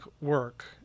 work